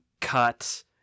cut